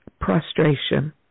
Prostration